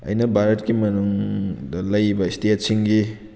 ꯑꯩꯅ ꯚꯥꯔꯠꯀꯤ ꯃꯅꯨꯡꯗ ꯂꯩꯕ ꯁ꯭ꯇꯦꯠꯁꯤꯡꯒꯤ